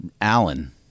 Allen